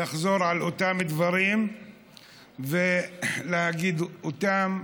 לחזור על אותם דברים ולהגיד אותם,